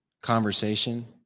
conversation